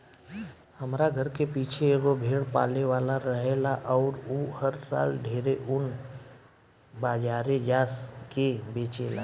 हमरा घर के पीछे एगो भेड़ पाले वाला रहेला अउर उ हर साल ढेरे ऊन बाजारे जा के बेचेला